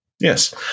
yes